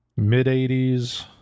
mid-'80s